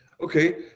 Okay